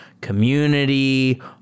community